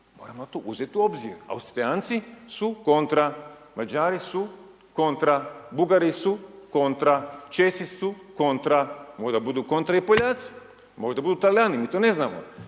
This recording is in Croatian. Moramo to uzeti u obzir. Austrijanci su kontra. Mađari su kontra. Bugari su kontra. Česi su kontra. Možda budu kontra i Poljaci. Možda budu Talijani, mi to ne znamo.